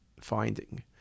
finding